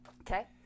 Okay